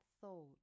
thought